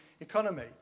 economy